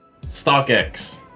StockX